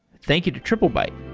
thank you to triplebyte